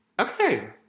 Okay